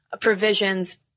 provisions